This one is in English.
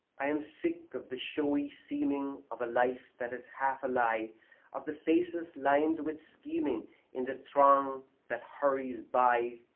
i am sick of the showy seeming of a life that is half a lie of the faces lined with scheming in the throng that hurries by.